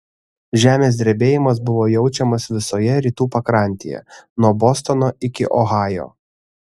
žemės drebėjimas buvo jaučiamas visoje rytų pakrantėje nuo bostono iki ohajo